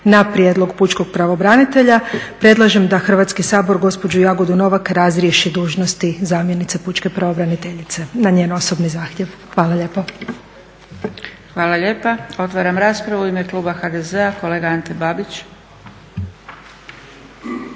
na prijedlog pučkog pravobranitelja, predlažem da Hrvatski sabor gospođu Jagodu Novak razriješi dužnosti zamjenice pučke pravobraniteljice na njen osobni zahtjev. Hvala lijepo. **Zgrebec, Dragica (SDP)** Hvala lijepa. Otvaram raspravu. U ime kluba HDZ-a kolega Ante Babić.